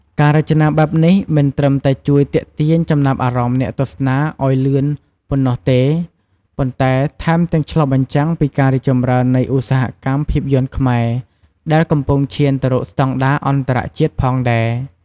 ការរចនាបែបនេះមិនត្រឹមតែជួយទាក់ទាញចំណាប់អារម្មណ៍អ្នកទស្សនាឱ្យលឿនប៉ុណ្ណោះទេ ប៉ុន្តែថែមទាំងឆ្លុះបញ្ចាំងពីការរីកចម្រើននៃឧស្សាហកម្មភាពយន្តខ្មែរដែលកំពុងឈានទៅរកស្តង់ដារអន្តរជាតិផងដែរ ។